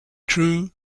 true